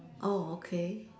oh okay